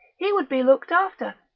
he would be looked after.